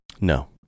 No